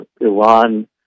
Iran